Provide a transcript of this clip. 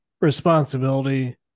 responsibility